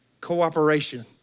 cooperation